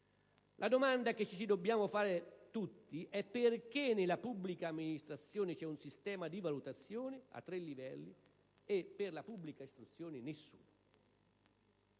La domanda che ci dobbiamo fare tutti è: perché nella pubblica amministrazione c'è un sistema di valutazione a tre livelli, mentre per la pubblica istruzione non